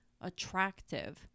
attractive